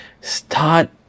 start